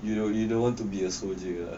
you know you don't want to be a soldier ah